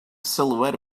silhouette